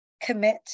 commit